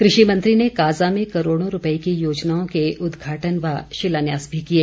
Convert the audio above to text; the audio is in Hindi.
कृषि मंत्री ने काज़ा में करोड़ों रूपए की योजनाओं के उद्घाटन शिलान्यास भी किए